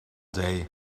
day